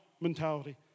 mentality